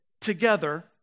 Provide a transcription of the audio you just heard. together